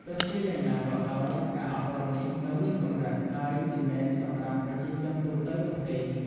ទោះជាយ៉ាងណាក៏ដោយ ការអប់រំនេះនៅមានកម្រិត ហើយមិនមែនសម្រាប់ប្រជាជនទូទៅនោះទេ។